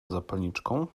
zapalniczką